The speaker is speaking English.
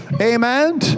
Amen